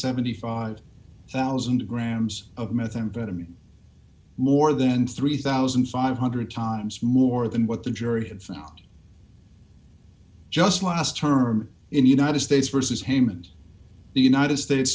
seventy five thousand grams of methamphetamine more than three thousand five hundred times more than what the jury had found just last term in the united states versus haman's the united states